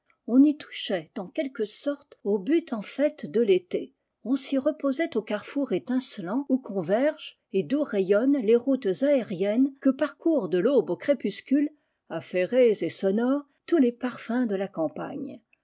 on y touchait en quelque sorte au but en fête de tété on s'y repo sait au carrefour étincelant où convergent el d'où rayonnent lès routes aériennes que parcourent de l'aube au crépuscule affairés et sonores tous les parfums de la campagne